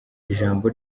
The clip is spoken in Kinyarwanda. ijambo